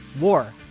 war